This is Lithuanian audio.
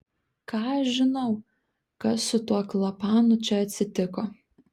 ką aš žinau kas su tuo klapanu čia atsitiko